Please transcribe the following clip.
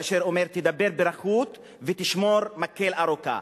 שאמר: תדבר ברכות ותשמור מקל ארוך.